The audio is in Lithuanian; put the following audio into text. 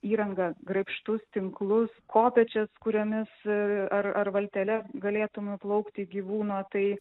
įrangą graibštus tinklus kopėčias kuriomis ar ar valtele galėtum nuplaukti gyvūno tai